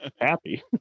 happy